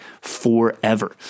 forever